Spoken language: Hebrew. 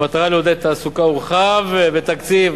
במטרה לעודד תעסוקה הורחב בתקציב,